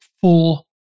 full